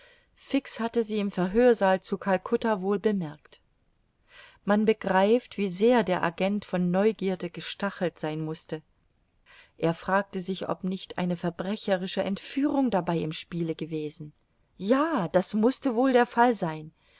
fix hatte sie im verhörsaal zu calcutta wohl bemerkt man begreift wie sehr der agent von neugierde gestachelt sein mußte er fragte sich ob nicht eine verbrecherische entführung dabei im spiele gewesen ja das mußte wohl der fall sein